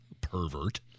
Pervert